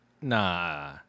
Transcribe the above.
Nah